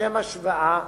לשם השוואה,